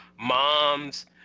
mom's